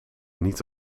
niet